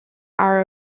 are